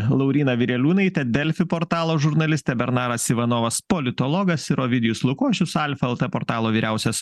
lauryna vireliūnaitė delfi portalo žurnalistė bernaras ivanovas politologas ir ovidijus lukošius alfa lt portalo vyriausias